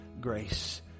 grace